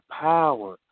power